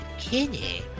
Kenny